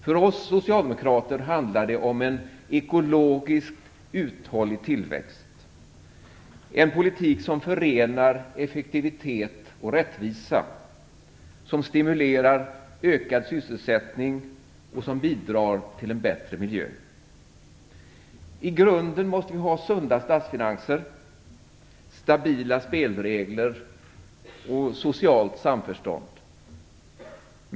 För oss socialdemokrater handlar det om en ekologiskt uthållig tillväxt - en politik som förenar effektivitet och rättvisa, som stimulerar ökad sysselsättning och bidrar till en bättre miljö. I grunden måste vi ha sunda statsfinanser, stabila spelregler och socialt samförstånd.